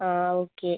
ആ ആ ഓക്കേ